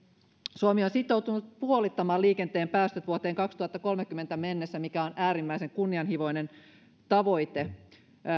suomi on sitoutunut puolittamaan liikenteen päästöt vuoteen kaksituhattakolmekymmentä mennessä mikä on äärimmäisen kunnianhimoinen tavoite